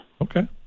Okay